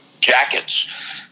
jackets